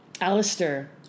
Alistair